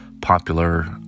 popular